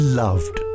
loved